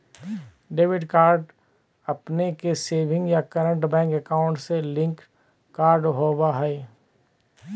debit card अपने के savings या करंट बैंक अकाउंट से लिंक्ड कार्ड होबा हइ